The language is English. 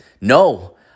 no